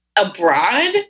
Abroad